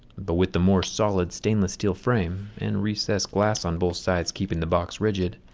but with the more solid stainless steel frame and recessed glass on both sides keeping the box rigid,